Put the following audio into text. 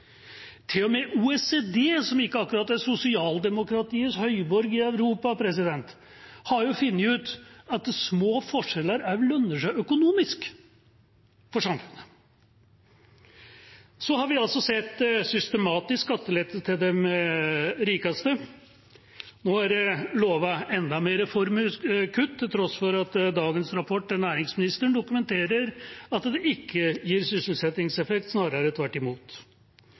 OECD, som ikke akkurat er sosialdemokratiets høyborg i Europa, har funnet ut at små forskjeller også lønner seg økonomisk for samfunnet. Så har vi sett systematisk skattelette til de rikeste. Nå er det lovd enda mer formuesskattekutt, til tross for at dagens rapport til næringsministeren dokumenterer at det ikke gir sysselsettingseffekt – snarere tvert imot.